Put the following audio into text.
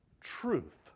truth